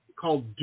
called